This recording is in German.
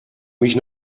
mich